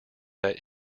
that